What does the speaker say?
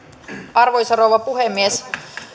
arvoisa rouva puhemies